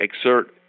exert